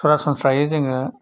सारासस्रायै जोङो